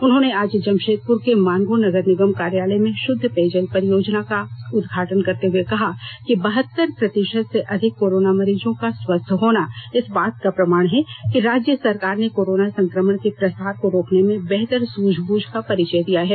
उन्होंने आज जमषेदपुर के मानगो नगर निगम कार्यालय में शुद्ध पेयजल परियोजना का उद्घाटन करते हुए कहा कि बहत्तर प्रतिषत से अधिक कोरोना मरीजों का स्वस्थ होना इस बात का प्रमाण है कि राज्य सरकार ने कोरोना संक्रमण के प्रसार को रोकने में बेहतर सुझबूझ का परिचय दिया है